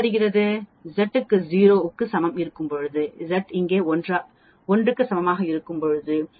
Z இங்கே 0 க்கு சமமாக இருக்கும்போது Z இங்கே 1 க்கு சமமாக இருக்கும்போது இந்த பகுதி 0